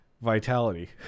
Vitality